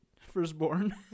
firstborn